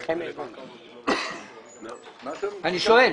אני שואל.